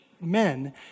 men